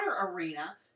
arena